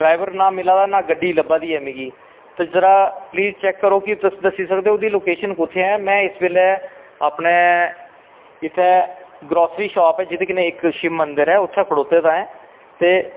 driver ना मिला दा नां गड्डी सब्भा दी ऐ मिगी ते पलीज़ जरा तुस दस्सी सकदे ओ ओह्दी लोकेशन कुत्थें ऐ में इस बेल्लै इत्थें ग्रोसरी शॉप ऐ एह्दै कन्नै इत्थें शिव मन्गर ऐ इत्थें खड़ोते दा ऐं ते